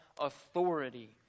authority